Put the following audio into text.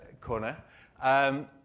corner